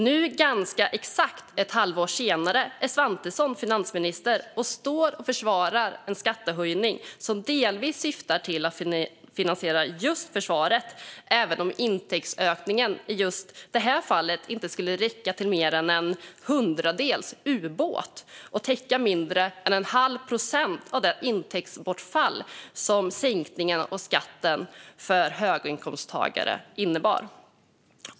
Nu, ganska exakt ett halvår senare, är Svantesson finansminister och står och försvarar en skattehöjning som delvis syftar till att finansiera just försvaret, även om intäktsökningen i det här fallet inte skulle räcka till mer än en hundradels ubåt och täcka mindre än en halv procent av det intäktsbortfall som sänkningen av skatten för höginkomsttagare innebär.